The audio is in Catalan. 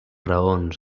raons